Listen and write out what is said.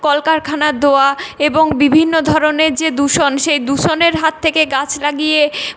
কলকারখানার ধোঁয়া এবং বিভিন্ন ধরনের যে দূষণ সেই দূষণের হাত থেকে গাছ লাগিয়ে